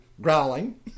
growling